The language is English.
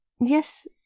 Yes